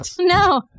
No